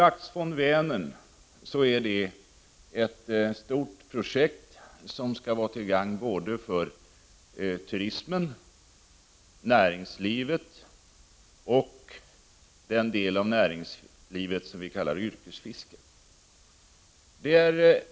Laxfond för Vänern är ett stort projekt, som skall vara till gagn för både turismen och näringslivet — och den del av näringslivet som vi kallar yrkesfiske.